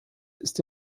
ist